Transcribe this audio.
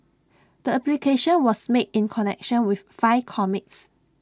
the application was made in connection with five comics